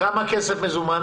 כמה כסף מזומן?